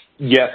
Yes